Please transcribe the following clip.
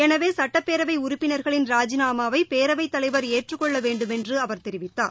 எனவேசட்டப்பேரவைஉறுப்பினா்களின் ராஜிநாமாவைபேரவைத் தலைவர் ஏற்றுக் கொள்ளவேண்டுமென்றுஅவர் தெரிவித்தார்